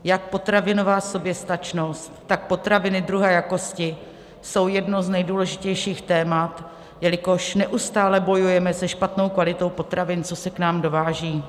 Jak potravinová soběstačnost, tak potraviny druhé jakosti jsou jedním z nejdůležitějších témat, jelikož neustále bojujeme se špatnou kvalitou potravin, co se k nám dováží.